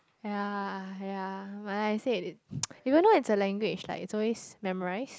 ya ya my I said even though it's a language like it's always memorised